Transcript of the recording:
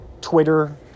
Twitter